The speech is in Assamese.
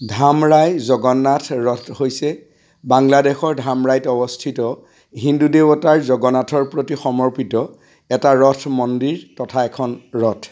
ধামৰাই জগন্নাথ ৰথ হৈছে বাংলাদেশৰ ধামৰাইত অৱস্থিত হিন্দু দেৱতাৰ জগন্নাথৰ প্ৰতি সমৰ্পিত এটা ৰথ মন্দিৰ তথা এখন ৰথ